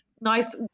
nice